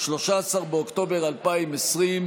13 באוקטובר 2020,